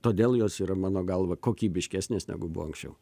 todėl jos yra mano galva kokybiškesnės negu buvo anksčiau